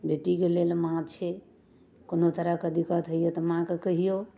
बेटीके लेल माँ छै कोनो तरहके दिक्कत होइए तऽ माँकेँ कहिऔ